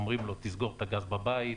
אומרים לו: תסגור את הגז בבית,